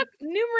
numerous